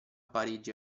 parigi